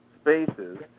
spaces